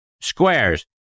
Squares